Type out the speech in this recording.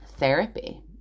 Therapy